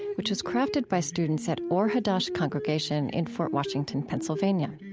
which was crafted by students at or hadash congregation in fort washington, pennsylvania